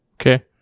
Okay